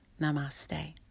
Namaste